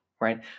right